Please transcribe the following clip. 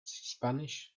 spanish